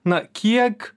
na kiek